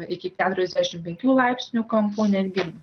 iki keturiasdešimt penkių laipsnių kampu netgi